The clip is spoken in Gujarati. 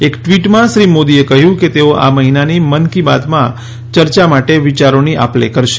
એક ટ્વિટમાં શ્રી મોદીએ કહ્યું કે તેઓ આ મહિનાની મન કી બાતમાં ચર્ચા માટે વિયારોની આપલે કરશે